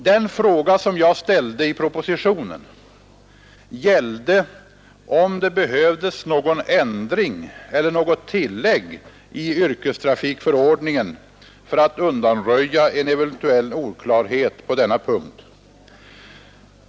Den fråga som jag ställde i propositionen gällde om det behövdes någon ändring eller något tillägg i yrkestrafikförordningen för att undanröja en eventuell oklarhet på denna punkt.